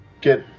get